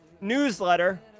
newsletter